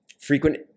frequent